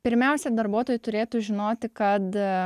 pirmiausia darbuotojai turėtų žinoti kad